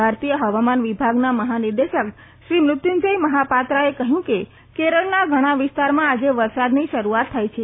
ભારતીય હવામાન વિભાગના મહાનિદેશકશ્રી મૃત્યુંજય મહાપાત્રાએ કહ્યું કે કેરળના ઘણા વિસ્તારમાં આજે વરસાદની શરૂઆત થઇ છે